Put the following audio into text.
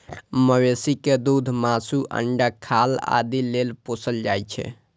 मवेशी कें दूध, मासु, अंडा, खाल आदि लेल पोसल जाइ छै